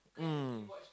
mm